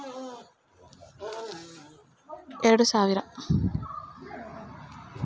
ಒಂದು ಕ್ವಿಂಟಾಲ್ ಅಕ್ಕಿಗೆ ಈಗಿನ ಬೆಲೆ ಎಷ್ಟು?